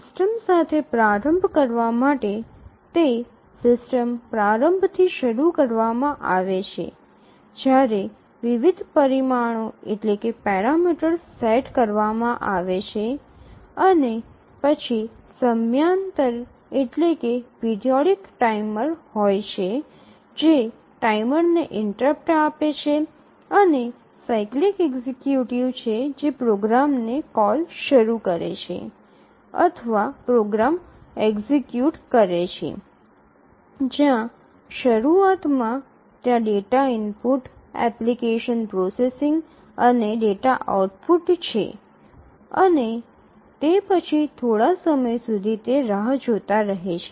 system સાથે પ્રારંભ કરવા માટે તે સિસ્ટમ પ્રારંભથી શરૂ કરવામાં આવે છે જ્યાં વિવિધ પરિમાણો સેટ કરવામાં આવે છે અને પછી ત્યાં સમયાંતર ટાઈમર હોય છે જે ટાઈમરને ઇન્ટરપ્ટ આપે છે અને તે સાયક્લિક એક્ઝિક્યુટિવ છે જે પ્રોગ્રામને કોલ શરૂ કરે છે અથવા પ્રોગ્રામ એક્સિકયુટ કરે છે જ્યાં શરૂઆતમાં ત્યાં ડેટા ઇનપુટ એપ્લિકેશન પ્રોસેસિંગ અને ડેટા આઉટપુટ છે અને તે પછી થોડા સમય સુધી તે રાહ જોતા રહે છે